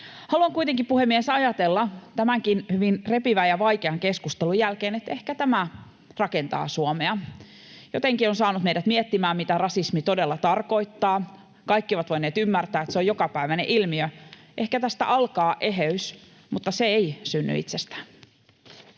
Haluan kuitenkin, puhemies, ajatella tämänkin — hyvin repivän ja vaikean — keskustelun jälkeen, että ehkä tämä rakentaa Suomea. Jotenkin se on saanut meidät miettimään, mitä rasismi todella tarkoittaa. Kaikki ovat voineet ymmärtää, että se on jokapäiväinen ilmiö. Ehkä tästä alkaa eheys, mutta se ei synny itsestään.